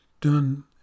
done